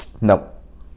Nope